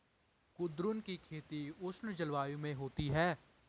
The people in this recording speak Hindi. कुद्रुन की खेती उष्ण जलवायु में होती है